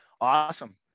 awesome